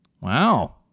Wow